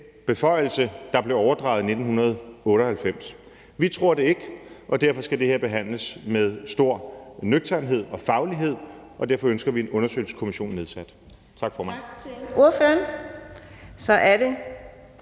beføjelse, der blev overdraget i 1998. Vi tror det ikke, og derfor skal det her behandles med stor nøgternhed og faglighed, og derfor ønsker vi en undersøgelseskommission nedsat. Tak, formand.